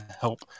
help